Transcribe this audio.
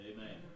Amen